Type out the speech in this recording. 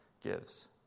gives